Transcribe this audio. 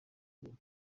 kubaka